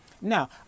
Now